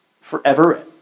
forever